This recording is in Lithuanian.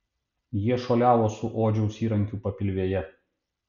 jie šuoliavo su odžiaus įrankiu papilvėje